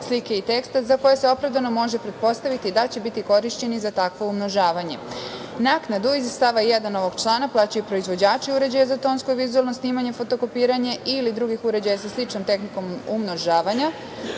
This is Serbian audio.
slike i teksta za koje se opravdano može pretpostaviti da će biti korišćeni za takvo umnožavanje. Naknadu iz stava 1. ovog člana plaćaju proizvođači uređaja za tonsko i vizuelno snimanje, fotokopiranje ili drugih uređaja sa sličnom tehnikom umnožavanja,